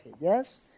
Yes